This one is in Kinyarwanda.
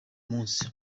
munsi